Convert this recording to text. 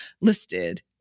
listed